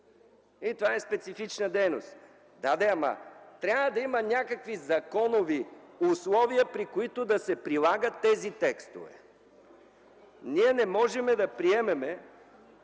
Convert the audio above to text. – това е специфична дейност. Да де, ама трябва да има някакви законови условия, при които да се прилагат тези текстове. Ние не можем да приемем,